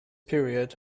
period